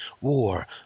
War